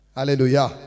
Hallelujah